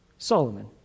Solomon